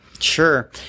Sure